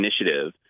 initiative